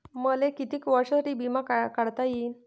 मले कितीक वर्षासाठी बिमा काढता येईन?